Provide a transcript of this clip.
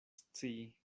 scii